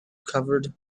covered